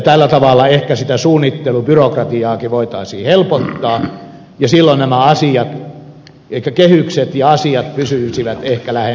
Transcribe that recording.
tällä tavalla ehkä sitä suunnittelubyrokratiaakin voitaisiin helpottaa ja silloin nämä asiat ja kehykset pysyisivät ehkä lähempänä toisiaan